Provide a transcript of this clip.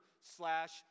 slash